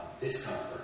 discomfort